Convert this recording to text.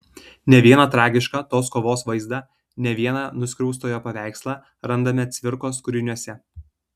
ne vieną tragišką tos kovos vaizdą ne vieną nuskriaustojo paveikslą randame cvirkos kūriniuose